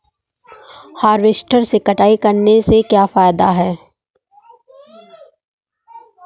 Harvester से कटाई करने से क्या फायदा है?